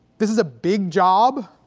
this is a big job